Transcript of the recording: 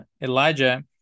Elijah